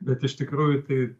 bet iš tikrųjų tai